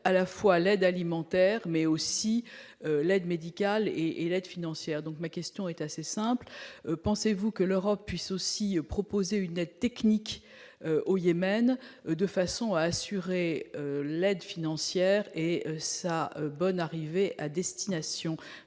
à la fois l'aide alimentaire mais aussi l'aide médicale et l'aide financière donc ma question est assez simple : pensez-vous que l'Europe puisse aussi proposer une aide technique au Yémen, de façon à assurer l'aide financière et sa bonne arrivée à destination